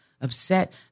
upset